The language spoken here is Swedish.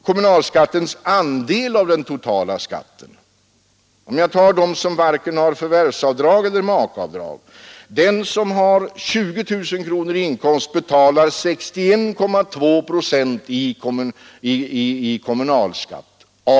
Kommunalskattens andel av den totala skatten för dem som varken har förvärvsavdrag eller makeavdrag är vid 20 000 kronor i inkomst 61,2 procent.